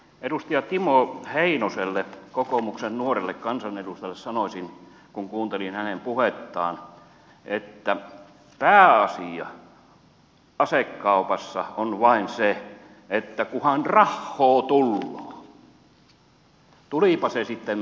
edustaja timo heinoselle kokoomuksen nuorelle kansanedustajalle sanoisin kun kuuntelin hänen puhettaan että pääasia asekaupassa on vain se että kunhan rahhoo tulloo tulipa se sitten mistä tahansa